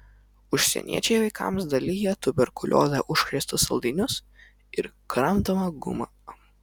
užsieniečiai vaikams dalija tuberkulioze užkrėstus saldainius ir kramtomą gumą